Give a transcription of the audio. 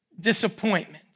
disappointment